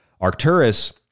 Arcturus